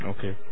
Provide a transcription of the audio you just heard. Okay